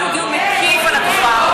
עשינו דיון מקיף על התופעה.